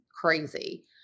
crazy